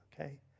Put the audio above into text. okay